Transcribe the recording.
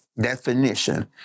definition